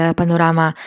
panorama